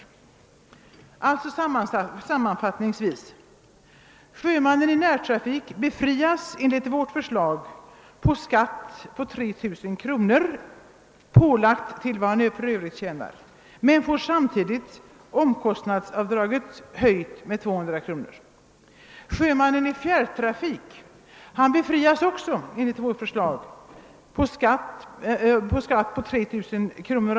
Sammanfattningsvis vill jag alltså säga att sjömannen i närtrafik enligt vårt förslag befrias från skatt på 3 000 kr., som skulle läggas på hans övriga inkomster, men får omkostnadsavdraget höjt med 200 kr. Sjömannen i fjärrtrafik befrias också enligt vårt förslag från skatt på 3 000 kr.